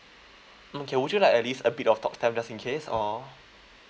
okay would you like at least a bit of talk time just in case or